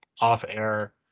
off-air